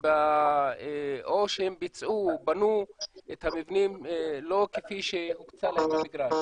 או שהם בנו את המבנים לא כפי שהוקצה להם המגרש.